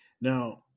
Now